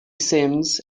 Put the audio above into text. simms